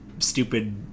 stupid